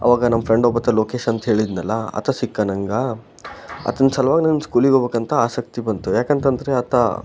ಅವಾಗ ನಮ್ಮ ಫ್ರೆಂಡ್ ಒಬ್ಬಾತ ಲೋಕೆಶ್ ಅಂತ ಹೇಳಿದ್ನಲ್ಲಾ ಆತ ಸಿಕ್ಕ ನಂಗೆ ಆತನ ಸಲ್ವಾಗಿ ನಾನು ಸ್ಕೂಲಿಗೆ ಹೋಬೇಕಂತ ಆಸಕ್ತಿ ಬಂತು ಯಾಕಂತಂದರೆ ಆತ